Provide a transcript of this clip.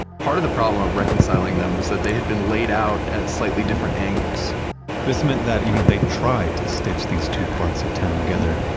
part of the problem reconciling them was that they had been laid out at slightly different angles this meant that even if they tried to stitch these two parts of town together,